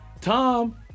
Tom